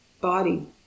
body